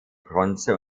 bronze